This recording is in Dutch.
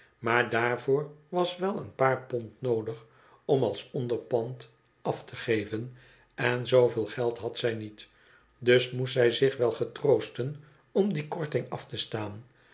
maar daarvoor was wel een paar pond noodig om als onderpand af te geven en zooveel geld had zij niet dus moest zij zich wel getroosten om die korting af te staan